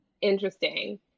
interesting